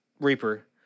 Reaper